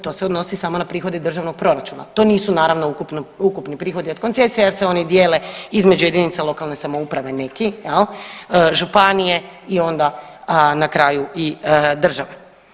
To se odnosi samo na prihode državnog proračuna, to nisu naravno ukupni prihodi od koncesije jer se oni dijele između jedinica lokalne samouprave neki, jel, županije, i onda na kraju i države.